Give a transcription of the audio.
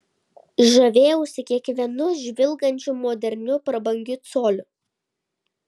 žavėjausi kiekvienu žvilgančiu moderniu prabangiu coliu